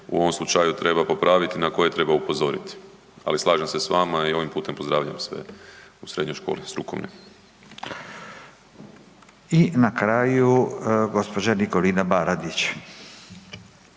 u ovom slučaju treba popraviti i na koje treba upozoriti, ali slažem se s vama i ovim putem pozdravljam ih sve u Srednjoj školi strukovnoj. **Radin, Furio